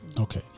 okay